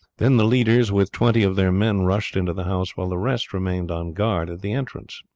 then the leaders with twenty of their men rushed into the house, while the rest remained on guard at the entrance.